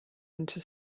into